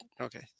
Okay